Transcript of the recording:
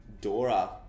Dora